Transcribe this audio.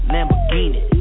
Lamborghini